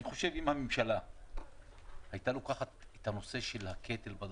אני חושב שאם הממשלה הייתה לוקחת את נושא הקטל בדרכים,